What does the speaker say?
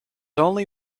only